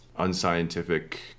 unscientific